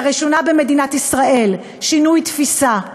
לראשונה במדינת ישראל שינוי תפיסה.